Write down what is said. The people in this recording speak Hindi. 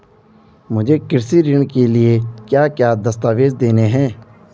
मुझे कृषि ऋण के लिए क्या क्या दस्तावेज़ देने हैं?